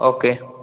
okay